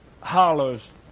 hollers